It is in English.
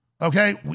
okay